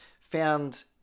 found